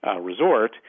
resort